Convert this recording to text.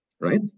right